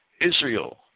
Israel